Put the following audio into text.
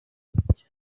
muziki